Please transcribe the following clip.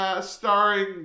Starring